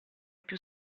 più